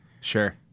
Sure